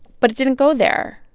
but it didn't go there.